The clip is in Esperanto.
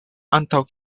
antaŭ